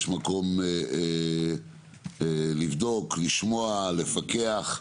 יש מקום לבדוק, לשמוע, לפקח,